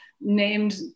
named